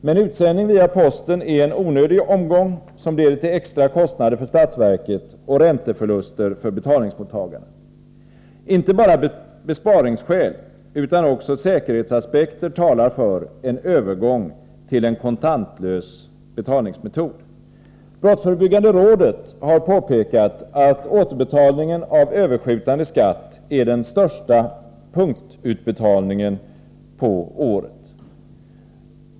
Men utsändning via posten är en onödig omgång, som leder till extra kostnader för statsverket och ränteförluster för betalningsmottagarna. Inte bara besparingsskäl utan också säkerhetsaspekter talar för en övergång till en kontantlös betalningsmetod. Brottsförebyggande rådet har påpekat att återbetalningen av över skjutande skatt är den största punktutbetalningen på året.